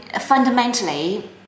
fundamentally